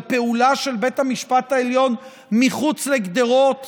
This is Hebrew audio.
על פעולה של בית המשפט העליון מחוץ לגדרות